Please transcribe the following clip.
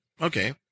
Okay